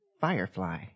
Firefly